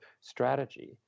strategy